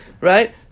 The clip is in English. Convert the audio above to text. right